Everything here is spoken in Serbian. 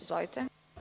Izvolite.